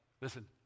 listen